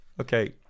Okay